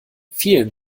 vielen